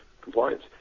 compliance